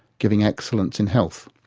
giving excellence in health.